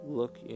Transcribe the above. look